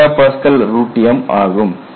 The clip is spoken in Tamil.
67 MPa m ஆகும்